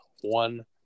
one